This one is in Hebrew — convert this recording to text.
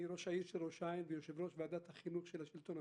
אני ראש העיר ראש העין ויושב-ראש ועדת החינוך של השלטון המקומי.